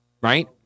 right